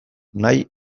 nahi